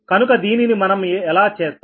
కనుక దీనిని మనం ఎలా చేస్తాం